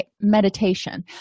meditation